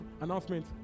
announcement